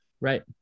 Right